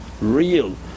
real